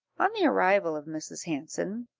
on the arrival of mrs. hanson,